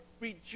rejoice